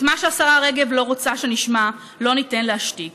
את מה שהשרה רגב לא רוצה שנשמע, לא ניתן להשתיק.